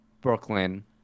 Brooklyn